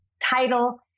title